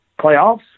playoffs